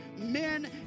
men